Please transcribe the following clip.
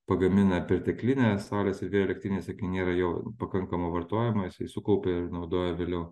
pagamina perteklinę saulės ir vėjo elektrinėse kai nėra jau pakankamai vartojama jisai sukaupia ir naudoja vėliau